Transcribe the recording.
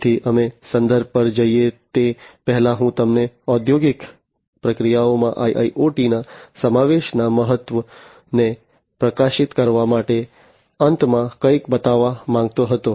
તેથી અમે સંદર્ભો પર જઈએ તે પહેલાં હું તમને ઔદ્યોગિક પ્રક્રિયાઓમાં IIoT ના સમાવેશના મહત્વ મહત્વને પ્રકાશિત કરવા માટે અંતમાં કંઈક બતાવવા માંગતો હતો